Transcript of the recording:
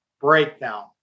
Breakdown